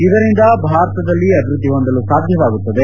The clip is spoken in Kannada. ಇದರಿಂದ ಭಾರತದಲ್ಲಿ ಅಭಿವೃದ್ದಿ ಹೊಂದಲು ಸಾಧ್ಯವಾಗುತ್ತದೆ